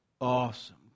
awesome